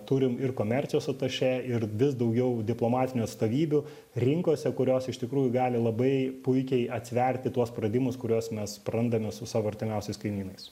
turim ir komercijos atašė ir vis daugiau diplomatinių atstovybių rinkose kurios iš tikrųjų gali labai puikiai atsverti tuos praradimus kuriuos mes prarandame su savo artimiausiais kaimynais